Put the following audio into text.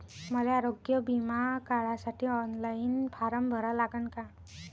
मले आरोग्य बिमा काढासाठी ऑनलाईन फारम भरा लागन का?